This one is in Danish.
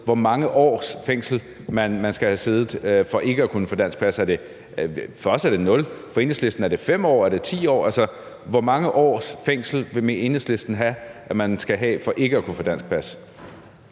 hvor mange års fængsel man skal have siddet, for ikke at kunne få dansk pas. For os er det nul. For Enhedslisten er det så 5 år eller 10 år? Altså, hvor mange års fængsel vil Enhedslisten have at man skal have for ikke at kunne få dansk pas?